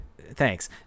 Thanks